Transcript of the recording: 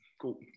Cool